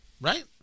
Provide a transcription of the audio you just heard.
right